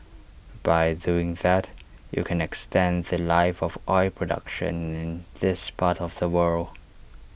by doing that you can extend The Life of oil production in this part of the world